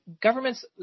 governments